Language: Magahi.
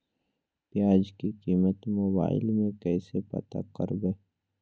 प्याज की कीमत मोबाइल में कैसे पता करबै?